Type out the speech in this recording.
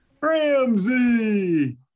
Ramsey